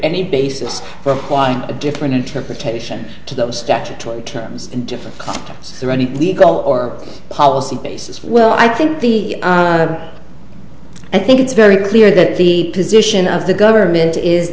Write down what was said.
any basis for quite a different interpretation to those statutory terms in different terms or any legal or policy basis well i think the i think it's very clear that the position of the government is